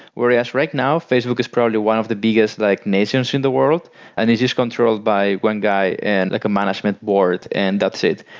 whereas, right now facebook is probably one of the biggest like nations in the world and it is controlled by one guy and like a management board and that's it.